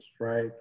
Right